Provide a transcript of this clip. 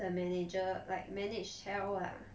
the manager like manage hell lah